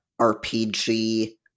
RPG